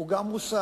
הוא גם מוסר,